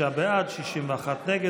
48 בעד, 62 נגד.